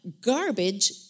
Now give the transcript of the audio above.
garbage